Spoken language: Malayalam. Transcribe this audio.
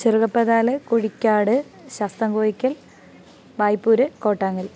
ചെറുകപ്പഴാൽ കുഴിക്കാട് ശാസ്താകോയിക്കൽ ഭായിപ്പൂര് കോട്ടാങ്ങൽ